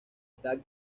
edad